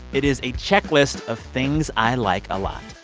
it is a checklist of things i like a lot.